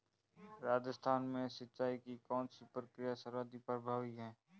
राजस्थान में सिंचाई की कौनसी प्रक्रिया सर्वाधिक प्रभावी है?